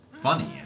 funny